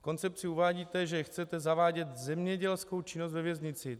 V koncepci uvádíte, chcete zavádět zemědělskou činnost ve věznici.